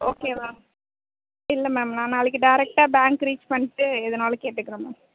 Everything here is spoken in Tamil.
ஓகே மேம் இல்லை மேம் நான் நாளைக்கு டேரெக்டாக பேங்க் ரீச் பண்ணிவிட்டு எதுனாலும் கேட்டுக்கிறேன் மேம்